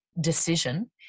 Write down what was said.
decision